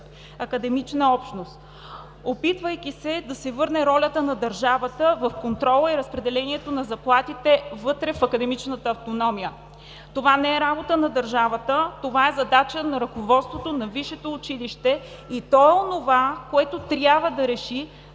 академична общност, опитвайки да се върне ролята на държавата в контрола и разпределението на заплатите вътре в академичната автономия. Това не е работа на държавата, това е задача на ръководството на висшето училище и то е онова, което трябва да реши